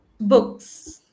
books